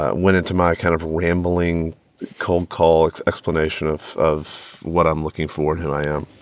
ah went into my kind of rambling cold call explanation of of what i'm looking for and who i am,